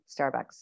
Starbucks